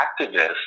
activists